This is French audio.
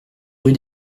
rue